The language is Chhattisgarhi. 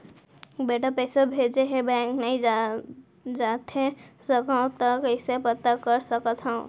बेटा पइसा भेजे हे, बैंक नई जाथे सकंव त कइसे पता कर सकथव?